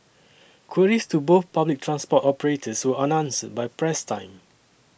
queries to both public transport operators were unanswered by press time